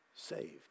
saved